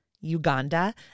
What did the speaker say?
Uganda